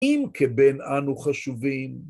אם כבן אנו חשובים.